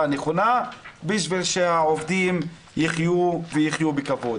הנכונה בשביל שהעובדים יחיו ויחיו בכבוד.